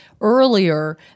earlier